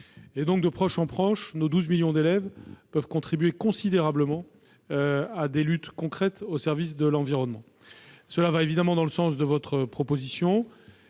De proche en proche, nos 12 millions d'élèves peuvent considérablement contribuer à mener des luttes concrètes au service de l'environnement. Tout cela va évidemment dans le sens de votre proposition.